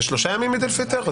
זה שלושה ימים איד אל פיטר?